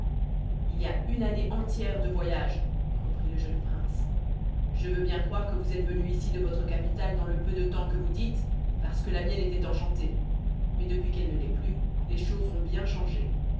il y a une année entière de voyage reprit le jeune prince je veux bien croire que vous êtes venu ici de votre capitale dans le peu de temps que vous dites parce que la mienne était enchantée mais depuis qu'elle ne l'est plus les choses ont bien changé